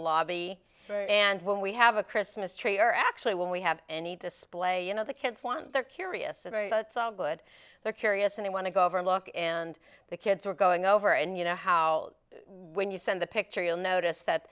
lobby and when we have a christmas tree or actually when we have any display you know the kids want they're curious and it's all good they're curious and want to go over look and the kids are going over and you know how when you send the picture you'll notice that